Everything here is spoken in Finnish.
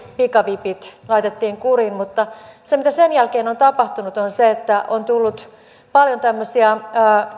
pikavipit laitettiin kuriin mutta se mitä sen jälkeen on tapahtunut on se että on tullut paljon tämmöisiä